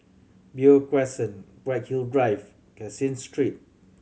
Beo Crescent Bright Hill Drive Caseen Street